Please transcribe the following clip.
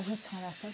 बहुत सारा छै